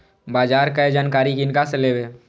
बाजार कै जानकारी किनका से लेवे?